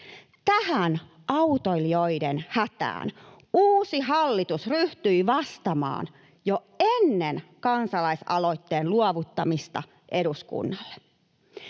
Tähän autoilijoiden hätään uusi hallitus ryhtyi vastaamaan jo ennen kansalaisaloitteen luovuttamista eduskunnalle.